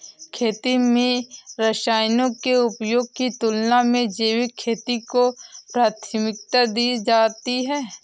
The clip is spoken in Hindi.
खेती में रसायनों के उपयोग की तुलना में जैविक खेती को प्राथमिकता दी जाती है